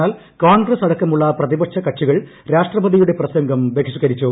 എന്നാൽ കോൺഗ്രസ് അടക്കമുള്ള പ്രതിപക്ഷ കക്ഷികൾ രാഷ്ട്രപതിയുടെ പ്രസംഗം ബഹിഷ്കരിച്ചു